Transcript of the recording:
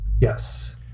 Yes